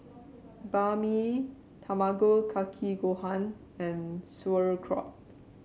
Banh Mi Tamago Kake Gohan and Sauerkraut